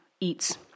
eats